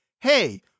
hey